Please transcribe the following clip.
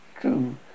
true